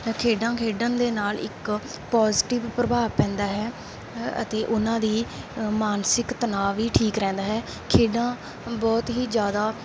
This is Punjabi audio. ਖੇਡਾਂ ਖੇਡਣ ਦੇ ਨਾਲ ਇੱਕ ਪੋਜਟਿਵ ਪ੍ਰਭਾਵ ਪੈਂਦਾ ਹੈ ਅਤੇ ਉਨ੍ਹਾਂ ਦੀ ਮਾਨਸਿਕ ਤਣਾਅ ਵੀ ਠੀਕ ਰਹਿੰਦਾ ਹੈ ਖੇਡਾਂ ਬਹੁਤ ਹੀ ਜ਼ਿਆਦਾ